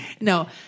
no